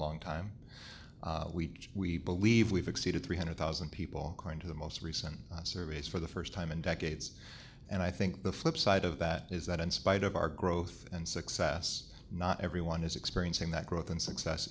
long time we we believe we've exceeded three hundred thousand people according to the most recent surveys for the first time in decades and i think the flipside of that is that in spite of our growth and success not everyone is experiencing that growth and success